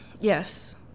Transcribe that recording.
Yes